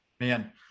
Man